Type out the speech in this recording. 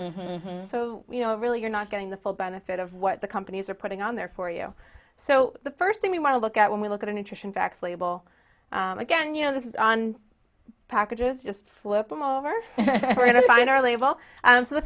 them so you know really you're not getting the full benefit of what the companies are putting on there for you so the first thing we want to look at when we look at a nutrition facts label again you know the packages just flip them over we're going to find our label and so the